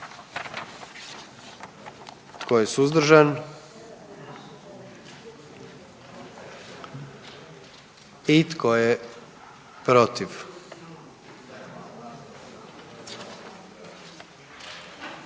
Tko je suzdržan? I tko je protiv?